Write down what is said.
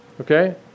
Okay